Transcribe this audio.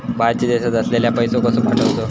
बाहेरच्या देशात असलेल्याक पैसे कसे पाठवचे?